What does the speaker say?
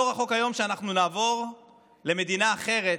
לא רחוק היום שאנחנו נעבור למדינה אחרת,